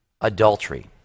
adultery